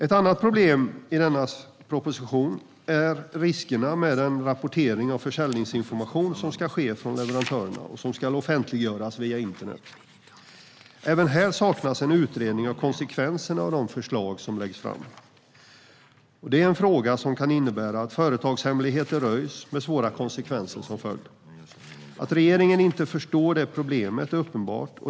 Ett annat problem i denna proposition är riskerna med den rapportering av försäljningsinformation som ska ske från leverantörerna och som ska offentliggöras via internet. Även här saknas en utredning av konsekvenserna av de förslag som läggs fram. Det kan innebära att företagshemligheter röjs, med svåra konsekvenser som följd. Att regeringen inte förstår problemet är uppenbart.